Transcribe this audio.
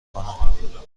کنم